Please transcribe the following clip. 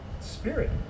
spirit